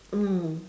mm